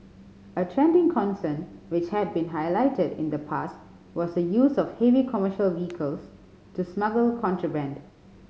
a trending concern which had been highlighted in the past was the use of heavy commercial vehicles to smuggle contraband